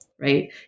right